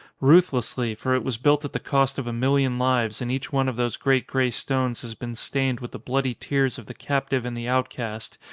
ruthlessly, for it was built at the cost of a million lives and each one of those great grey stones has been stained with the bloody tears of the captive and the outcast,